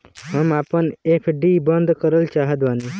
हम आपन एफ.डी बंद करल चाहत बानी